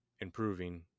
improving